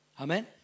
amen